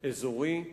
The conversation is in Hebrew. אזורי,